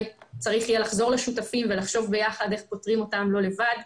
צריך יהיה לחזור לשותפים ולחשוב ביחד איך פותרים אותן לבד,